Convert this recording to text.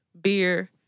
beer